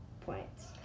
points